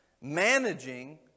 managing